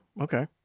okay